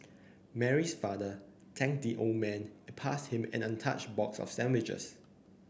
Mary's father thanked the old man and passed him an untouched box of sandwiches